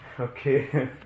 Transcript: Okay